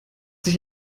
sich